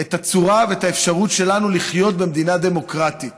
את הצורה ואת האפשרות שלנו לחיות במדינה דמוקרטית